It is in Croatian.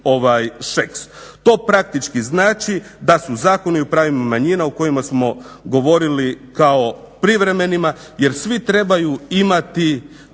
Šeks. To praktički znači da su zakoni o pravima manjina o kojima smo govorili kao privremenima jer svi trebaju imati